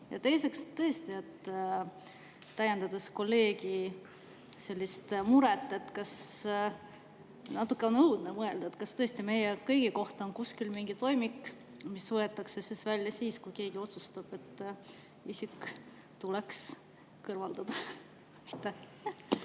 Ja teiseks tõesti, täiendades kolleegi muret, on ehk natuke õudne mõelda, kas tõesti meie kõigi kohta on kuskil mingi toimik, mis võetakse välja siis, kui keegi otsustab, et isik tuleks kõrvaldada? Aitäh